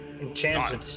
enchanted